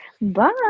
Bye